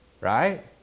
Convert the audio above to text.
Right